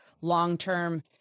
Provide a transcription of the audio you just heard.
long-term